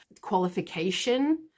qualification